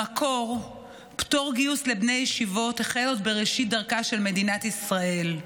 במקור פטור גיוס לבני ישיבות החל עוד בראשית דרכה של מדינת ישראל.